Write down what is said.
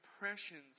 impressions